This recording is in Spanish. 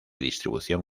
distribución